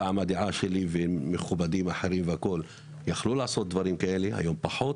והדעה שלי ושל מכובדים אחרים בקהילה נחשבה בעבר יותר והיום היא פחות.